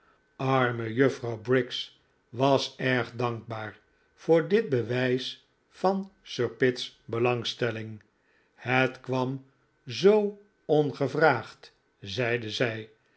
arme juffrouw briggs was erg dankbaar voor dit bewijs van sir pitt's belangstelling het kwam zoo ongevraagd zeide zij